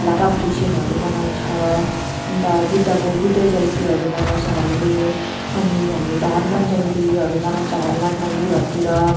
लापाडुच्छेनहरू मनाउँछ अन्त बुद्धको बुद्ध जयन्तीहरू मनाउँछ हामीले अनि हाम्रो यता हनुमान जयन्तीहरू मनाउँछ हनुमान मन्दिरहरूतिर